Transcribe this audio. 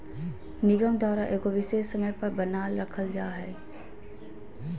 निगम द्वारा एगो विशेष समय पर बनाल रखल जा हइ